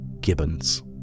Gibbons